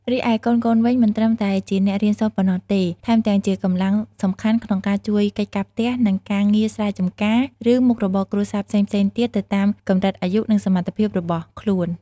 រីឯកូនៗវិញ មិនត្រឹមតែជាអ្នករៀនសូត្រប៉ុណ្ណោះទេ ថែមទាំងជាកម្លាំងសំខាន់ក្នុងការជួយកិច្ចការផ្ទះ និងការងារស្រែចម្ការ ឬមុខរបរគ្រួសារផ្សេងៗទៀតទៅតាមកម្រិតអាយុ និងសមត្ថភាពរបស់ខ្លួន។